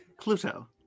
Pluto